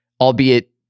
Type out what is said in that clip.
albeit